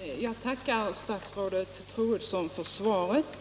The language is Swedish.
Herr talman! Jag tackar fru statsrådet Troedsson för dessa kompletteringar till svaret.